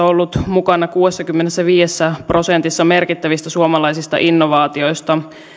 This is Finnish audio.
ollut mukana kuudessakymmenessäviidessä prosentissa merkittävistä suomalaisista innovaatioista